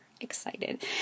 excited